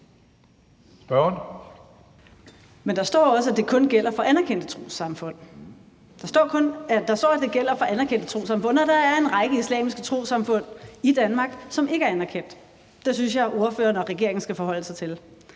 (NB): Men der står jo også, at det kun gælder for anerkendte trossamfund. Der står, at det gælder for anerkendte trossamfund, og der er en række islamiske trossamfund i Danmark, som ikke er anerkendte. Det synes jeg at ordføreren og regeringen skal forholde sig til.